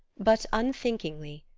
but unthinkingly,